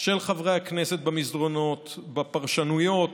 של חברי הכנסת במסדרונות, בפרשנויות,